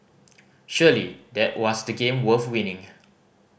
surely that was the game worth winning